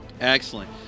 Excellent